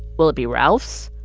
will it be ralph's,